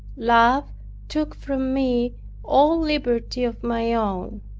love took from me all liberty of my own.